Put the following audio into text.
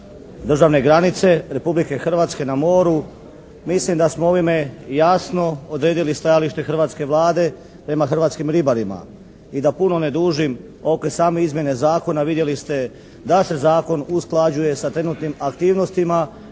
državne granice Republike Hrvatske na moru mislim da smo ovime jasno odredili stajalište hrvatske Vlade prema hrvatskim ribarima. I da puno ne dužim oko same izmjene zakona vidjeli ste da se zakon usklađuje sa trenutnim aktivnostima